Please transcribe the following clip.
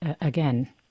again